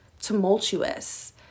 tumultuous